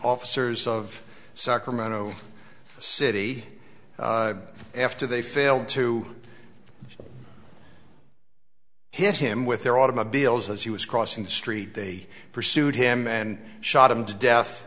officers of sacramento city after they failed to hit him with their automobiles as he was crossing the street they pursued him and shot him to death